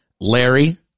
Larry